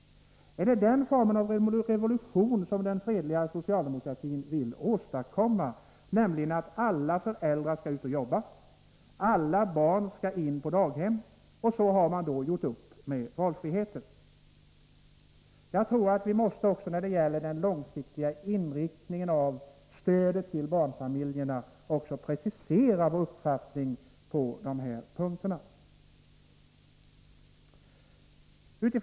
Är det den formen av revolution som den fredliga socialdemokratin vill åtstadkomma, nämligen att alla föräldrar skall ut och jobba, alla barn skall in på daghem, och så har man gjort upp med valfriheten? Jag tror att vi också när det gäller den långsiktiga inriktningen av stödet till barnfamiljerna måste precisera vår uppfattning på de här punkterna.